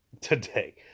today